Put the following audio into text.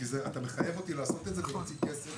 כי אתה מחייב אותי לעשות את זה ולהוציא כסף.